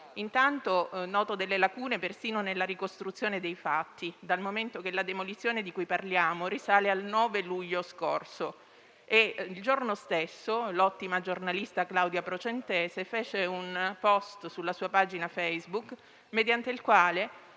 Intanto noto lacune persino nella ricostruzione dei fatti, dal momento che la demolizione di cui parliamo risale al 9 luglio scorso. Il giorno stesso, l'ottima giornalista Claudia Procentese pubblicò un *post* sulla sua pagina Facebook, mediante il quale,